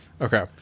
Okay